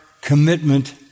commitment